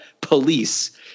police